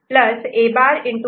C